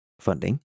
funding